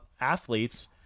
athletes